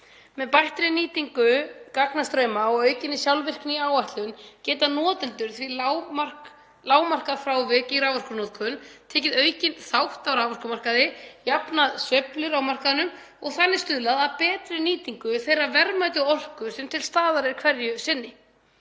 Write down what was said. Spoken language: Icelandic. Með bættri nýtingu gagnastrauma og aukinni sjálfvirkni í áætlun geta notendur því lágmarkað frávik í raforkunotkun, tekið aukinn þátt á raforkumarkaði, jafnað sveiflur á markaði og þannig stuðlað að betri nýtingu þeirrar verðmætu orku sem er til staðar hverju sinni.